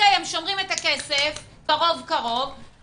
הם שומרים את הכסף קרוב קרוב,